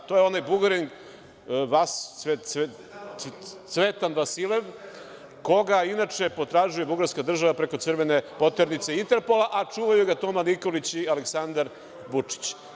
To je onaj Bugarin Cvetan Vasilev, koga inače potražuje bugarska država preko crvene poternice Interpola, a čuvaju ga Toma Nikolić i Aleksandar Vučić.